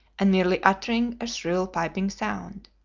and merely uttering a shrill, piping sound.